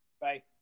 Bye